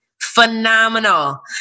Phenomenal